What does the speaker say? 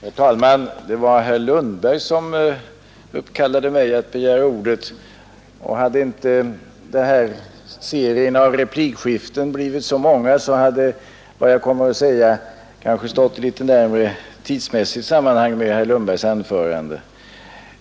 Herr talman! Herr Lundberg uppkallade mig att begära ordet, och hade inte serien av replikskiften blivit så lång hade vad jag kommer att säga stått tidsmässigt i litet närmare sammanhang med herr Lundbergs anförande.